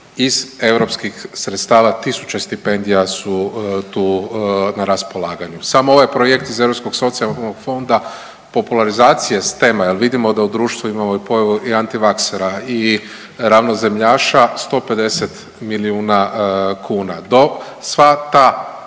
Iz europskih sredstava tisuće stipendija su tu na raspolaganju. Samo ovaj projekt iz Europskog socijalnog fonda popularizacije STEM-a jer vidimo da u društvu imamo i pojavu antivaksera i ravnozemljaša 150 milijuna kuna. Dok